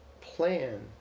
plan